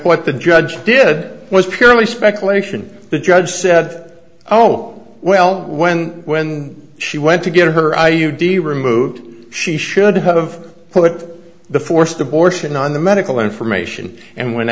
what the judge did was purely speculation the judge said oh well when when she went to get her i u d removed she should have put the forced abortion on the medical information and when